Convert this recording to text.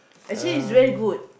actually is very good